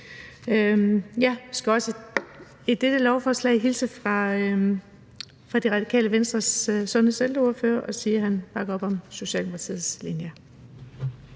Jeg skal også ved dette lovforslag hilse fra Det Radikale Venstres sundheds- og ældreordfører og sige, at han bakker op om Socialdemokratiets linje.